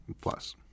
Plus